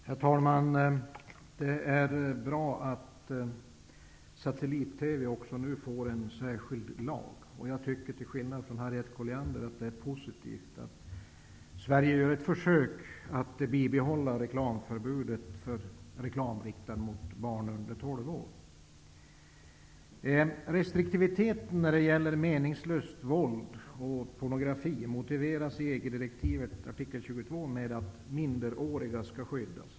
Herr talman! Det är bra att satellit-TV får en särskild lag. Jag tycker, till skillnad från Harriet Colliander, att det är positivt att Sverige gör ett försök att bibehålla förbudet mot reklam riktad till barn under tolv år. Restriktivitet när det gäller meningslöst våld och pornografi motiveras i EG-direktivets artikel 22 med att minderåriga skall skyddas.